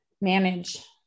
manage